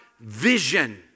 vision